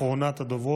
אחרונת הדוברות,